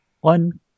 one